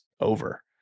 over